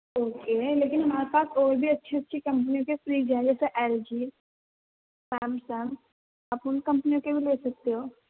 okay لیکن ہمارے پاس اور بھی اچھی اچھی کمپنیوں کے فریز ہیں جیسے ایل جی سیمسنگ آپ اُن کمپنیوں کے بھی لے سکتے ہو